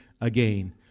again